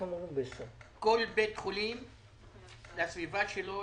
כל בית חולים לסביבה שלו,